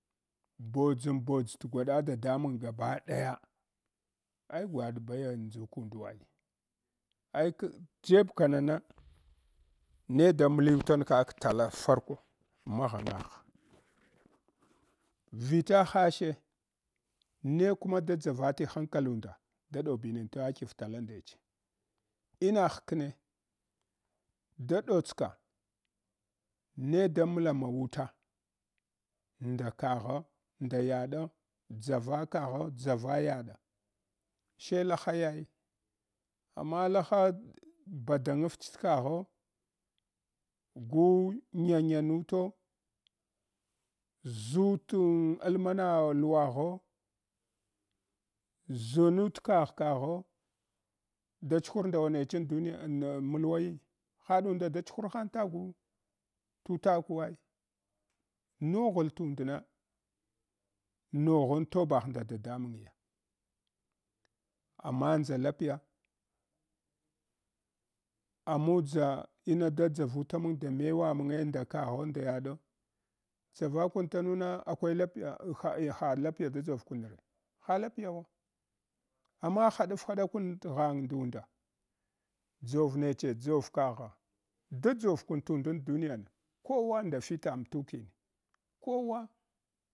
Bodʒum bodz’ t’ gwaɗa dadamang gabadaya ai gwaɗa baya ndzukundu wa ai, aik jeb kana na ne da mliutan kak tala farko maghangagh vita hashe, ne kuma da dʒavati hawkalu nda da ɗobinog tawa dgive tala ndech ina hkne da ɗots ka ne da mla wamu ta nda kagho, nda yaɗa dʒava kagho dʒava yaɗa she lahaya ai amma laha ɗ badanaʒch tkagho gu nyamuto ʒu t’ almana luwagho, ʒunu t’ kagh kagho da chuhur ndawa nechen dunya na mulwayi haɗunda da chuhur hang tagwu tutak wavai noghl tunda noghan tobagh nda dadamanya amandʒa lapiya amudʒa ina da dʒavutamang da mtuwa mange nda kagho nda yaɗo dʒavakum tanu na akwai lapiya aha ha lapiya da dʒar kun re ha lapiy wa amma haɗafa haɗa kun t’ ghang ndunda dʒavneche dʒar kagha da dʒor kun tundan duniya na kowa nda fita mtukin kowa.